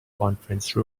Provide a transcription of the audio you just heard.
conference